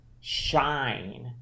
shine